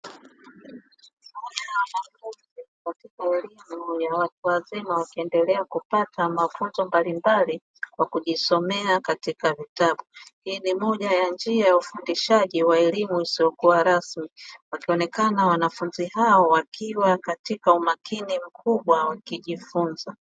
Moja ya wanafunzi katika elimu ya watu wazima akiendelea kupata mafunzo mbalimbali kwa kujisomea katika vitabu. Hii ni moja ya njia ya ufundishaji wa elimu isiyokuwa rasmi, wakionekana wanafunzi hao wakiwa katika umakini mkubwa wakijifunza.